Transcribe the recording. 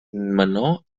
menor